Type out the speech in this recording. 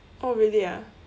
oh really ah